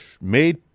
made